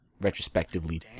retrospectively